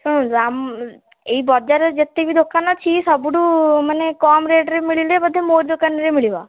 ଶୁଣନ୍ତୁ ଏଇ ବଜାରରେ ଯେତିକି ଦୋକାନ ଅଛି ସବୁଠୁ ମାନେ କମ୍ ରେଟ୍ରେ ମିଳିଲେ ବୋଧେ ମୋ ଦୋକାନରେ ମିଳିବ